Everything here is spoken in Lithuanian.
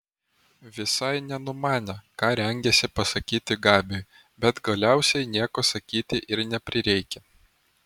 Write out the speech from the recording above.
visai nenumanė ką rengiasi pasakyti gabiui bet galiausiai nieko sakyti ir neprireikė